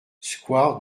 square